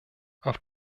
auf